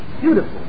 Beautiful